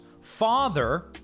father